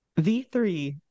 V3